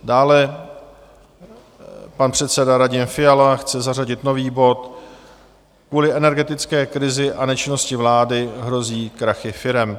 Dále pan předseda Radim Fiala chce zařadit nový bod Kvůli energetické krizi a nečinnosti vlády hrozí krachy firem.